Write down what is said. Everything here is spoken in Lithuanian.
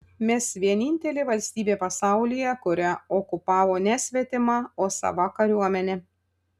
mes vienintelė valstybė pasaulyje kurią okupavo ne svetima o sava kariuomenė